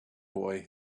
boy